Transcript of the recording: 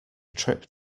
trip